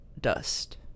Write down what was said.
Dust